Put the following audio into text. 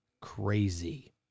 crazy